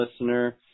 listener